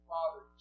Father